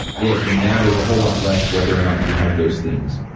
it matters a whole lot less whether or not you have those things.